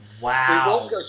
Wow